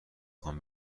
خوام